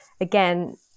again